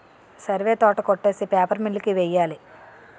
సరివే తోట కొట్టేసి paper mill కి వెయ్యాలి